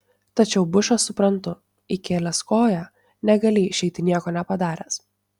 tačiau bušą suprantu įkėlęs koją negali išeiti nieko nepadaręs